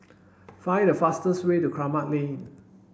find the fastest way to Kramat Lane